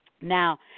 Now